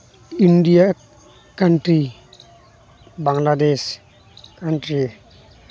India country Bangladesh country